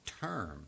term